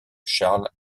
charles